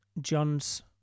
John's